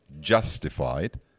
justified